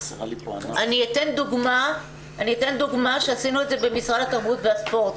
אני אתן דוגמה שעשינו את זה במשרד התרבות והספורט.